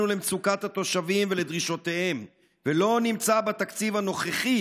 למצוקת התושבים ולדרישותיהם ולא נמצא בתקציב הנוכחי